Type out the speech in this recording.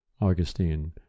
Augustine